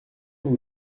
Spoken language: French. vous